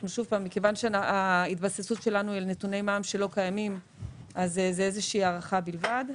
מכיוון שההתבססות שלנו היא על נתוני מע"מ שלא קיימים אז זו הערכה בלבד.